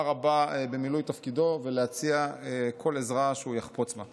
רבה במילוי תפקידו ולהציע כל עזרה שהוא יחפוץ בה.